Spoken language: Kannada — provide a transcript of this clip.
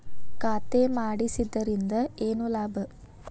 ಖಾತೆ ಮಾಡಿಸಿದ್ದರಿಂದ ಏನು ಲಾಭ?